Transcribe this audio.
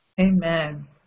Amen